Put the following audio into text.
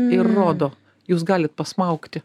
ir rodo jūs galit pasmaugti